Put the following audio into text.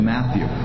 Matthew